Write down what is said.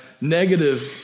negative